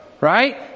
right